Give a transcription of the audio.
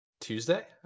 tuesday